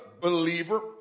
believer